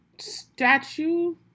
Statue